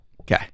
Okay